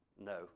No